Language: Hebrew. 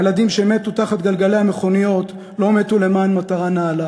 הילדים שמתו תחת גלגלי המכוניות לא מתו למען מטרה נעלה.